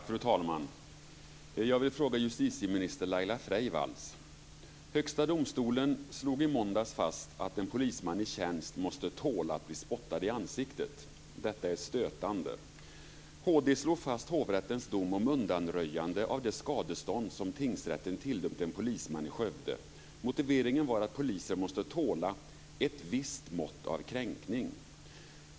Fru talman! Jag vill ställa en fråga till justitieminister Laila Freivalds. Högsta domstolen slog i måndags fast att en polisman i tjänst måste tåla att bli spottad i ansiktet. Detta är stötande. Skövde. Motiveringen var att poliser måste tåla ett visst mått av kränkning.